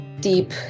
deep